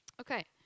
Okay